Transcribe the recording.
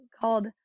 called